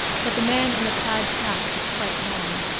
but the man in the plaid cap was quite wrong.